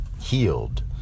healed